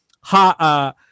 ha